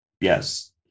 yes